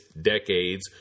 decades